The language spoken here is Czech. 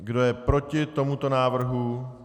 Kdo je proti tomuto návrhu?